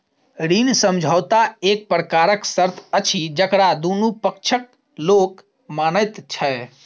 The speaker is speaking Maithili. ऋण समझौता एक प्रकारक शर्त अछि जकरा दुनू पक्षक लोक मानैत छै